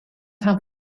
have